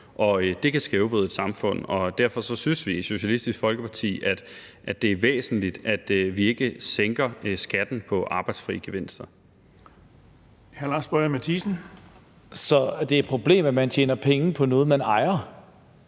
det kan skævvride et samfund. Derfor synes vi i Socialistisk Folkeparti, at det er væsentligt, at vi ikke sænker skatten på arbejdsfri gevinster. Kl. 17:07 Den fg. formand (Erling Bonnesen): Hr.